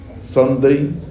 Sunday